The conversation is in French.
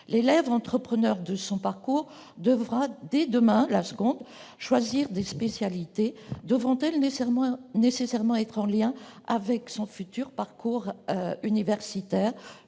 L'élève « entrepreneur » de son parcours choisira dès demain des spécialités : devront-elles nécessairement être en lien avec son futur parcours universitaire,